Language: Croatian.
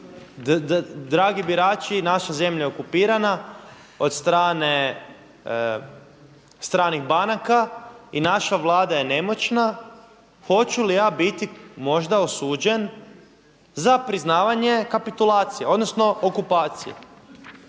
dragi birači naša zemlja je okupirana od strane stranih banaka i naša Vlada je nemoćna, hoću li ja biti možda osuđen za priznavanje kapitulacije odnosno okupacije?